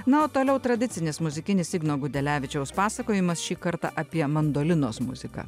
na o toliau tradicinis muzikinis igno gudelevičiaus pasakojimas šį kartą apie mandolinos muziką